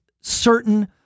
certain